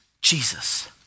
Jesus